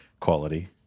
quality